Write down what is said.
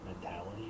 mentality